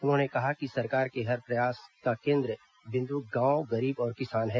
उन्होंने कहा कि सरकार के हर प्रयास का केन्द्र बिन्दु गांव गरीब और किसान हैं